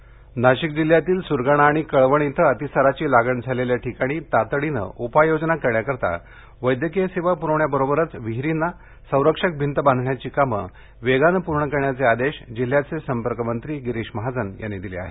महाजनः नाशिक जिल्ह्यातील स्रगाणा आणि कळवण इथं अतिसाराची लागण झालेल्या ठिकाणी तातडीने उपाययोजना करण्यासाठी वैद्यकिय सेवा प्रवण्याबरोबरच विहीरींना संरक्षक भींत बांधण्याची कामे वेगाने पूर्ण करण्याचे आदेश जिल्ह्याचे संपर्कमंत्री गिरीश महाजन यांनी दिले आहेत